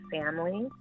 family